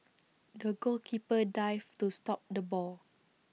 the goalkeeper dived to stop the ball